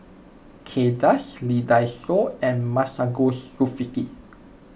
Kay Das Lee Dai Soh and Masagos Zulkifli